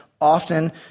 often